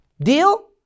Deal